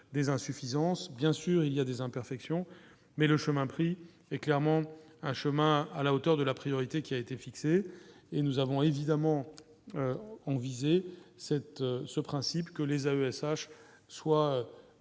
des insuffisances, bien sûr, il y a des imperfections mais le chemin pris est clairement un chemin à la hauteur de la priorité qui a été fixée et nous avons évidemment ont visé cette ce principe que les AESH soit